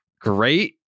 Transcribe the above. great